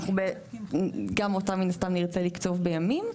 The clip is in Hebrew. שגם אותן נרצה לקצוב בימים,